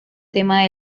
tema